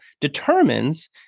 determines